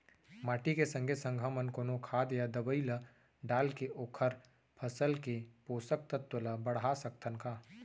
माटी के संगे संग हमन कोनो खाद या दवई ल डालके ओखर फसल के पोषकतत्त्व ल बढ़ा सकथन का?